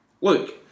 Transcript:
look